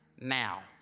now